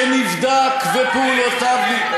מי שמך לחרוץ דין?